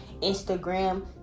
Instagram